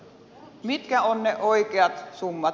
mitkä ovat ne oikeat summat